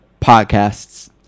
podcasts